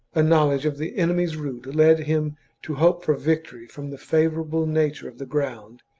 a knowledge of the enemy's route led him to hope for victory from the favourable nature of the ground,